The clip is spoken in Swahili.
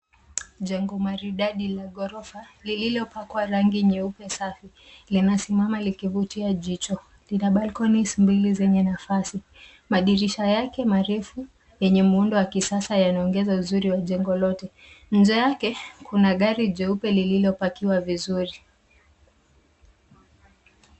Jengo maridadi la ghorofa lililopakwa rangi nyeupe sana linasimama likivutia jicho. Kuna balconies mbili zenye nafasi. Madirisha yake marefu yenye muundo wa kisasa yameongeza uzuri wa jengo lote. Nje yake kuna gari jeupe lililopakiwa vizuri.